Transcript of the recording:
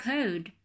Code